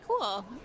cool